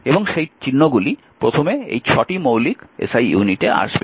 এবং সেই চিহ্নগুলি প্রথমে এই 6টি মৌলিক SI ইউনিটে আসবে